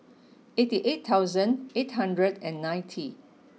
eighty eight thousand eight hundred and ninety